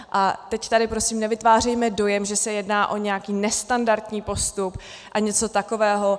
A teď tady prosím nevytvářejme dojem, že se jedná o nějaký nestandardní postup a něco takového.